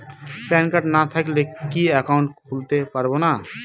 Pan card না থাকলে কি একাউন্ট খুলতে পারবো না?